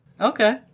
Okay